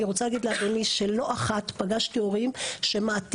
אני רוצה להגיד לאדוני שלא אחת פגשתי הורים שמעדיפים